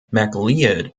macleod